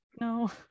No